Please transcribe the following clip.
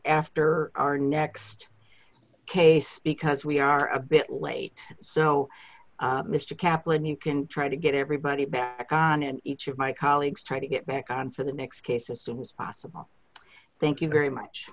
after our next case because we are a bit late so mr kaplan you can try to get everybody back on and each of my colleagues try to get back on for the next case assumes possible thank you very much